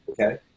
okay